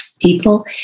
people